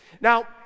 Now